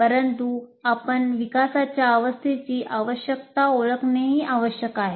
परंतु आपण विकासाच्या अवस्थेची आवश्यकता ओळखणेही आवश्यक आहे